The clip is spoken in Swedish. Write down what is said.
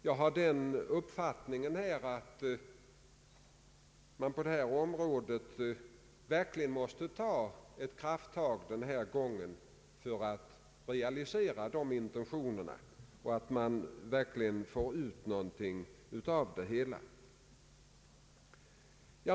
Jag har den uppfattningen att man på det här området verkligen måste ta ett krafttag denna gång för att realisera de intentionerna, så att man får fram ett resultat.